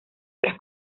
tras